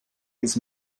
his